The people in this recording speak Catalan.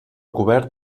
cobert